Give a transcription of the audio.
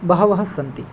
बहवः सन्ति